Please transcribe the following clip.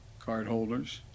cardholders